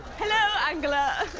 hello, angela.